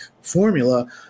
formula